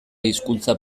hizkuntza